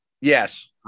Yes